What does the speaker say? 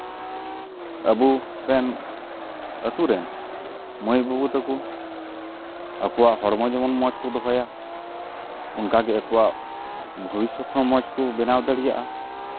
ᱟᱵᱚᱨᱮᱱ ᱟᱹᱛᱩ ᱨᱮᱱ ᱢᱟᱹᱭᱼᱵᱟᱹᱵᱩ ᱛᱟᱠᱚ ᱟᱠᱚᱣᱟᱜ ᱦᱚᱲᱢᱚ ᱡᱮᱢᱚᱱ ᱢᱚᱡᱽ ᱠᱚ ᱫᱚᱦᱚᱭᱟ ᱚᱱᱠᱟᱜᱮ ᱟᱠᱚᱣᱟᱜ ᱵᱷᱚᱵᱤᱥᱥᱚᱛ ᱦᱚᱸ ᱢᱚᱡᱽ ᱠᱚ ᱵᱮᱱᱟᱣ ᱫᱟᱲᱮᱭᱟᱜᱼᱟ